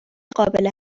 قابل